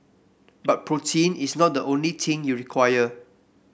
but protein is not the only thing you require